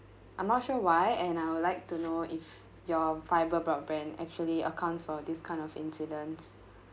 I'm not sure why and I would like to know if your fiber broadband actually accounts for this kind of incidents